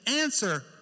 answer